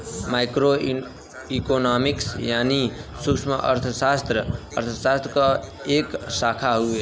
micro economics यानी सूक्ष्मअर्थशास्त्र अर्थशास्त्र क एक शाखा हउवे